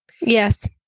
Yes